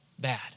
bad